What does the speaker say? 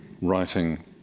writing